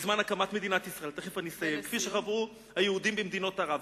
בזמן הקמת מדינת ישראל כפי שחוו היהודים במדינות ערב,